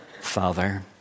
Father